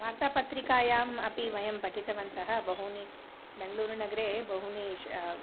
वार्तापत्रिकायाम् अपि वयं पठितवन्तः बहूनि बेङ्गलूरुनगरे बहूनि श